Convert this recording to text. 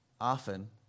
often